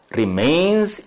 remains